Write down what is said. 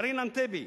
ידין ענתבי,